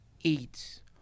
eats